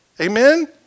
amen